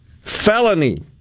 felony